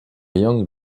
young